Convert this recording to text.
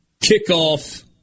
kickoff